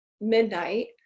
midnight